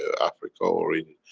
africa or in.